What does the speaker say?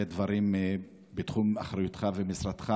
דברים בתחום אחריותך ואחריות משרדך